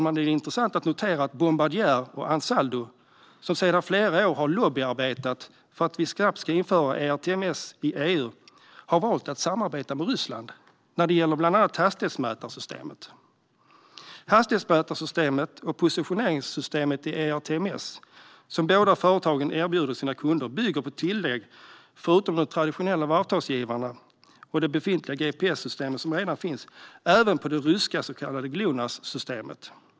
Man kan notera att Bombardier och Ansaldo, som sedan flera år har bedrivit lobbyverksamhet för att vi snabbt ska införa ERTMS i EU, har valt att samarbeta med Ryssland, bland annat när det gäller hastighetsmätarsystemet. Hastighetsmätarsystemet och positioneringssystemet i ERTMS, som båda företagen erbjuder sina kunder, bygger, förutom på traditionella varvtalsgivare och det befintliga GPS-systemet, även på det ryska så kallade Glonass-systemet.